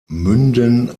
münden